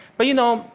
but you know,